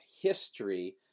history